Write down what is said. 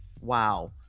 wow